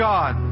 God